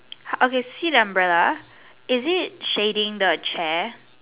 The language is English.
okay seat umbrella is it shading the chair